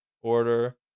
order